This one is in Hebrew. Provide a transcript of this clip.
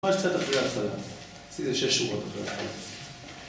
ממש קצת אחרי הצלם, איזה שש שורות.